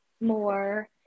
more